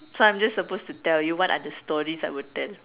so I'm just supposed to tell you what are the stories I would tell